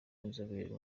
w’inzobere